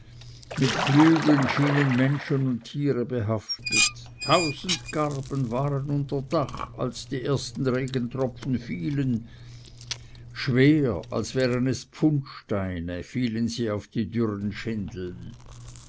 mit flügeln schienen menschen und tiere behaftet tausend garben waren unter dach als die ersten regentropfen fielen schwer als wären es pfundsteine fielen sie auf die dürren schindeln